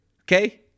Okay